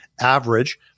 average